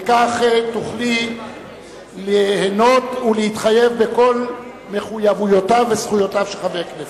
וכך תוכלי ליהנות ולהתחייב ממחויבויותיו וזכויותיו של חבר הכנסת.